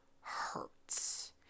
hurts